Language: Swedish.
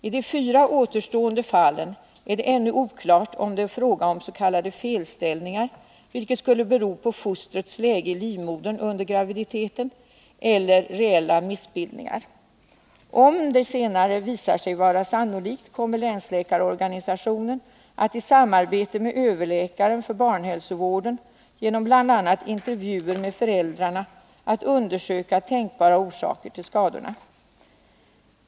I de fyra återstående fallen är det ännu oklart om det är fråga om s.k. felställningar, vilka skulle bero på fostrets läge i livmodern under graviditeten, eller reella missbildningar. Om det senare visar sig vara sannolikt, kommer länsläkarorganisationen att i samarbete med överläkaren för barnhälsovården genom bl.a. intervjuer med föräldrarna undersöka tänkbara orsaker till skadorna.